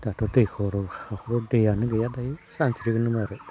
दाथ' दैखर हाखराव दैयानो गैया दायो सानस्रिगोन नों मारै